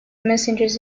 messengers